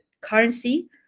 currency